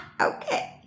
Okay